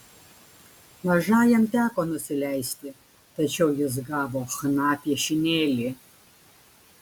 mažajam teko nusileisti tačiau jis gavo chna piešinėlį